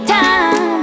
time